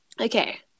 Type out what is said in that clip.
Okay